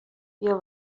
بیا